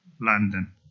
London